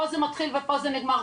פה זה מתחיל ופה זה נגמר.